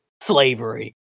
slavery